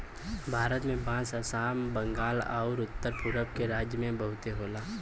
भारत में बांस आसाम, बंगाल आउर उत्तर पुरब के राज्य में बहुते होला